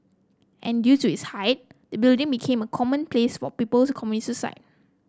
and due to its height the building became a common place for people to commit suicide